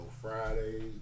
Fridays